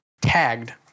tagged